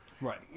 Right